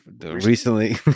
recently